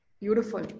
Beautiful